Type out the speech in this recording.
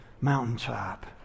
mountaintop